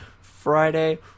Friday